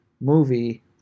movie